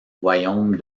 royaume